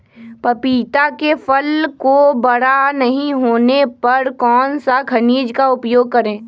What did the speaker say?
पपीता के फल को बड़ा नहीं होने पर कौन सा खनिज का उपयोग करें?